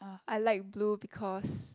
I like blue because